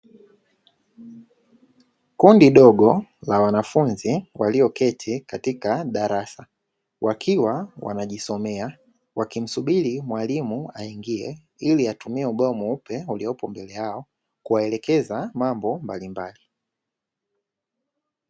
Kundi dogo la wanafunzi walioketi katika darasa, wakiwa wanajisomea wakimsubiri mwalimu aingie, ili atumie ubao mweupe uliopo mbele yao, kuwaelekeza mambo mbalimbali.